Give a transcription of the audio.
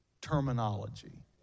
terminology